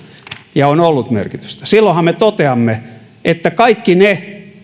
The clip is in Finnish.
ja on ollut merkitystä ihmisten ratkaisuille silloinhan me toteamme että kaikki ne